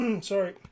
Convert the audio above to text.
Sorry